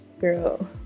girl